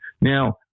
Now